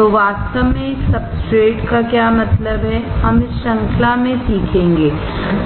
तो वास्तव में एक सब्सट्रेट का क्या मतलब है हम इस श्रृंखला में सीखेंगे